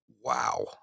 Wow